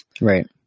Right